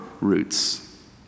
roots